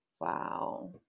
wow